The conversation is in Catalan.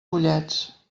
pollets